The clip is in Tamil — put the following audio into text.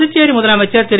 புதுச்சேரிமுதலமைச்சர்திரு